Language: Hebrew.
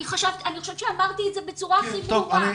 אני חושבת שאמרתי את זה בצורה הכי ברורה.